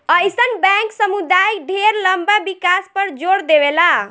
अइसन बैंक समुदाय ढेर लंबा विकास पर जोर देवेला